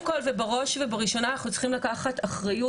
ובראש וראשונה אנחנו צריכים לקחת אחריות,